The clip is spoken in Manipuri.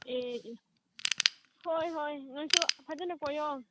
ꯑꯦ ꯑꯦ ꯍꯣꯏ ꯍꯣꯏ ꯅꯪꯁꯨ ꯐꯖꯅ ꯀꯣꯏꯌꯣ